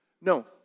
No